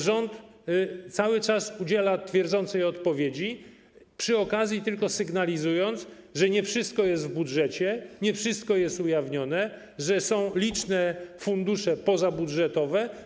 Rząd cały czas udziela twierdzącej odpowiedzi, sygnalizując tylko przy okazji, że nie wszystko jest w budżecie, nie wszystko jest ujawnione, że są liczne fundusze pozabudżetowe.